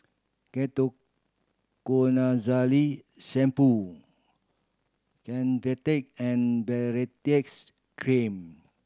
Shampoo Convatec and Baritex Cream